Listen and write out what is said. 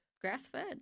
Grass-fed